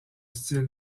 style